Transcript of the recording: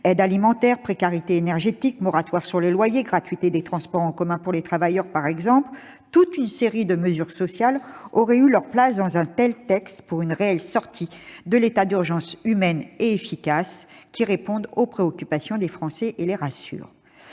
aide alimentaire, précarité énergétique, moratoire sur les loyers, gratuité des transports en commun pour les travailleurs, toute une série de mesures sociales auraient eu leur place dans un tel texte pour une réelle sortie de l'état d'urgence humaine et efficace, qui réponde aux préoccupations des Français et les rassure.